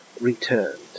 returned